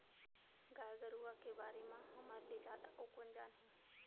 गाय गरूवा के बारे म हमर ले जादा अउ कोन जानही